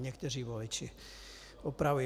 Někteří voliči, opravuji.